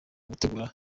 gutegura